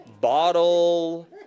bottle